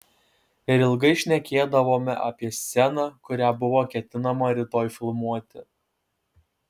ir ilgai šnekėdavome apie sceną kurią buvo ketinama rytoj filmuoti